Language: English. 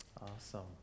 Awesome